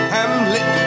Hamlet